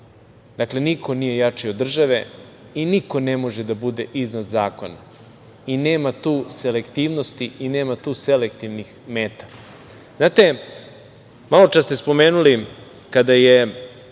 Dakle, niko nije jači od države i niko ne može da bude iznad zakona i nema tu selektivnosti i nema tu selektivnih meta. Znate, maločas ste spomenuli, kada je